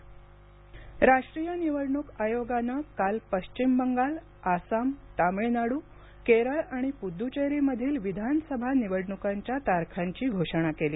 विधानसभा निवडणूक राष्ट्रीय निवडणूक आयोगानं काल पश्चिम बंगाल आसाम तामिळनाडू केरळ आणि पुद्च्चेरीमधील विधानसभा निवडणूकांच्या तारखांची घोषणा केली